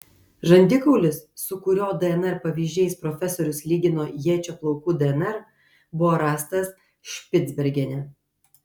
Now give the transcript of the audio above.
žandikaulis su kurio dnr pavyzdžiais profesorius lygino ječio plaukų dnr buvo rastas špicbergene